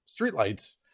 streetlights